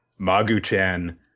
Magu-chan